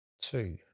two